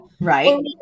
Right